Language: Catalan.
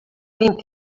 vint